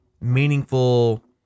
meaningful